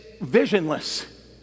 visionless